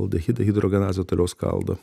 aldehidą hidrogenazė toliau skaldo